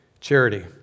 charity